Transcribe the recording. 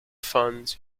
funds